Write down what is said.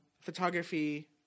photography